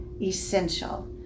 Essential